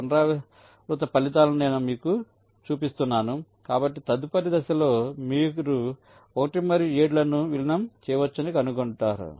పునరావృత ఫలితాలను నేను మీకు చూపిస్తున్నాను కాబట్టి తదుపరి దశలో మీరు 1 మరియు 7 లను విలీనం చేయవచ్చని కనుగొనవచ్చు